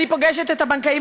אני פוגשת את הבנקאים,